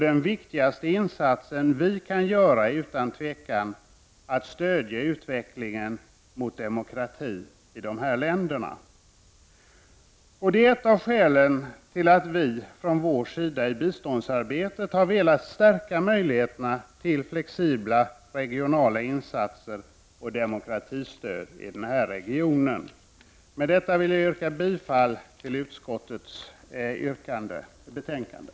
Den viktigaste insats som vi kan göra är utan tvivel att stödja utvecklingen mot demokrati i dessa länder. Det är ett av skälen till att vi moderater i biståndsarbetet har velat stärka möjligheterna till flexibla regionala insatser och demokratistöd i den här regionen. Med detta, herr talman. yrkar jag bifall till utskottets hemställan i betänkandet.